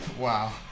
Wow